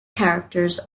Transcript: characters